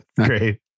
Great